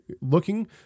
looking